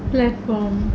platform